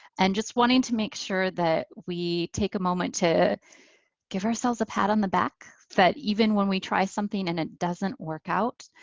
and just wanting to make sure that we take a moment to give ourselves a pat on the back. that even when we try something and it doesn't work out,